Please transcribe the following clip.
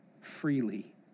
freely